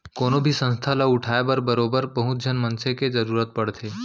कोनो भी संस्था ल उठाय बर बरोबर बहुत झन मनसे के जरुरत पड़थे